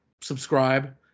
subscribe